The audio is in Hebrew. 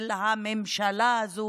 של הממשלה הזו,